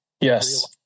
Yes